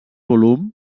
volum